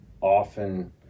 often